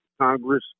Congress